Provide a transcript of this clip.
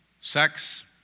sex